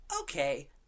okay